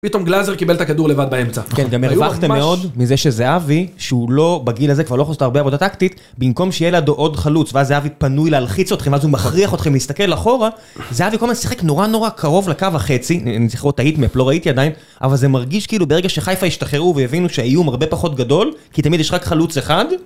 פתאום גלאזר קיבל את הכדור לבד באמצע. כן, גם הרווחתם מאוד מזה שזהבי, שהוא לא, בגיל הזה כבר לא יכול לעשות הרבה עבודה טקטית, במקום שיהיה לידו עוד חלוץ, ואז זהבי פנוי להלחיץ אתכם, אז הוא מכריח אתכם להסתכל אחורה, זהבי כל הזמן שיחק נורא נורא קרוב לקו החצי, אני זוכר את ההיט-מאפ, לא ראיתי עדיין, אבל זה מרגיש כאילו ברגע שחיפה השתחררו והבינו שהאיום הרבה פחות גדול, כי תמיד יש רק חלוץ אחד